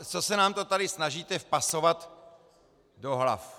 Co se nám to tady snažíte vpasovat do hlav?